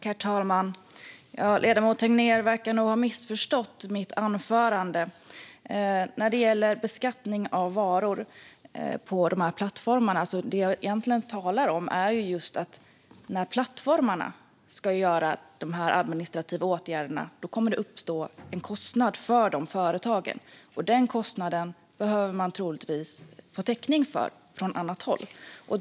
Herr talman! Ledamoten Tegnér verkar ha missförstått mitt anförande. När det gäller beskattning av varor på de här plattformarna är det jag egentligen talar om att det, när plattformarna ska vidta dessa administrativa åtgärder, kommer att uppstå en kostnad för de företagen. Den kostnaden behöver man troligtvis få täckning för från annat håll.